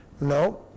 No